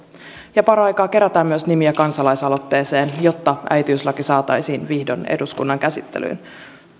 ja paraikaa myös kerätään nimiä kansalaisaloitteeseen jotta äitiyslaki saataisiin vihdoin eduskunnan käsittelyyn